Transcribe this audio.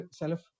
self